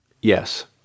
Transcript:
Yes